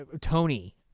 Tony